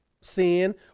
sin